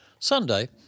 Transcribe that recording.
Sunday